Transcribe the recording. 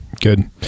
Good